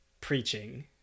preaching